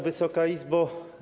Wysoka Izbo!